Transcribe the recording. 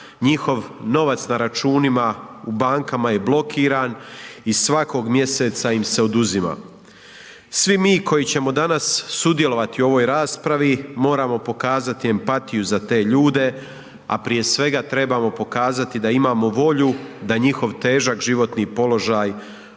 njihov novac na računima u bankama je blokiran i svakog mjeseca im se oduzima. Svi mi koji ćemo danas sudjelovati u ovoj raspravi moramo pokazati empatiju za te ljude, a prije svega trebamo pokazati da imamo volju da njihov težak životni položaj